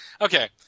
okay